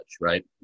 right